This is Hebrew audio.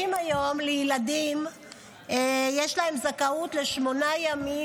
היום להורים לילדים יש זכאות לשמונה ימי